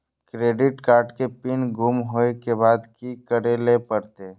Credit card के PIN गुम होय के बाद की करै ल परतै?